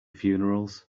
funerals